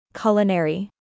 Culinary